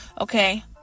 Okay